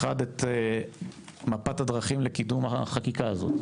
אחד, את מפת הדרכים לקידום החקיקה הזאת.